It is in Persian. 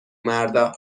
مردا